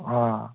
ꯑꯪ